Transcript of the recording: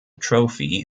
trophy